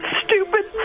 stupid